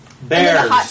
Bears